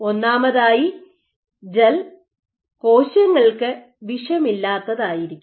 ഒന്നാമതായി ജെൽ കോശങ്ങൾക്ക് വിഷമില്ലാത്തതായിരിക്കണം